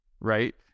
Right